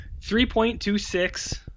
3.26